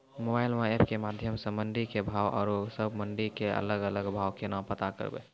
Mobile म app के माध्यम सऽ मंडी के भाव औरो सब मंडी के अलग अलग भाव केना पता करबै?